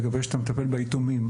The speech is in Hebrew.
לגבי שאתה מטפל ביתומים.